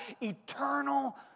eternal